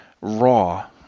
Raw